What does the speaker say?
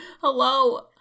Hello